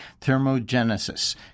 thermogenesis